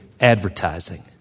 advertising